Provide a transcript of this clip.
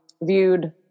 viewed